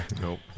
Nope